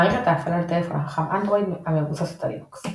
מערכת ההפעלה לטלפון החכם אנדרואיד מבוססת על לינוקס.